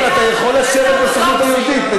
לא, אבל אתה יכול לשבת בסוכנות היהודית.